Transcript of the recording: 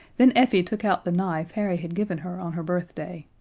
then effie took out the knife harry had given her on her birthday.